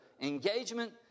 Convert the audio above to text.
engagement